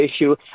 issue